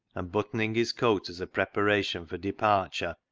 and buttoning his coat as a preparation for departure,